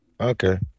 Okay